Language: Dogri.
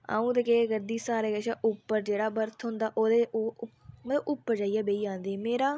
अंऊ केह् करदी सारें कशा उप्पर जेह्ड़ा बर्थ होंदा में उप्पर जाइयै बेही जंदी मेरा